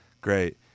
Great